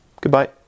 Goodbye